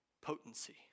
potency